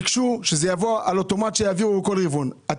ביקשו שיעבירו בכל רבעון באופן אוטומטי.